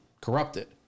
corrupted